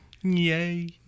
Yay